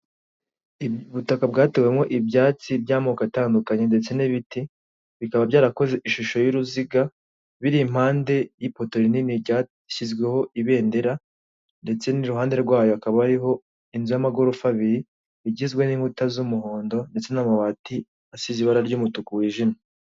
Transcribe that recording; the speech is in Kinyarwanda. Ubutaka bwatewemo ibyatsi by'amoko atandukanye ndetse n'ibiti bikaba byarakoze ishusho y'uruziga biri impande y'ipoto rinini ryashyizweho ibendera, ndetse n'iruhande rwayo hakaba hari inzu y'amagorofa abiri igizwe n'inkuta z'umuhondo ndetse n'amabati asize ibara ry'umutuku wijimye.